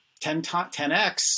10x